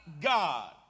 God